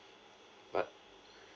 but